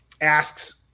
asks